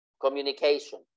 communication